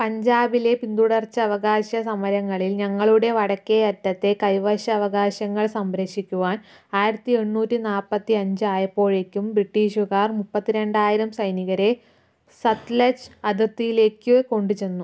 പഞ്ചാബിലെ പിന്തുടർച്ചാവകാശ സമരങ്ങളില് ഞങ്ങളുടെ വടക്കേയറ്റത്തെ കൈവശാവകാശങ്ങള് സംരക്ഷിക്കുവാന് ആയിരത്തി എണ്ണൂറ്റി നാപ്പത്തി അഞ്ചായപ്പോഴേക്കും ബ്രിട്ടീഷുകാർ മുപ്പത്ത്രണ്ടായിരം സൈനികരെ സത്ലജ് അതിർത്തിയിലേക്ക് കൊണ്ടു ചെന്നു